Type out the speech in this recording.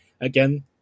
again